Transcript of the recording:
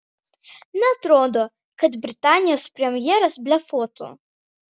neatrodo kad britanijos premjeras blefuotų